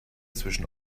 zwischen